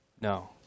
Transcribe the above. No